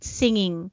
singing